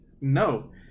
No